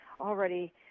already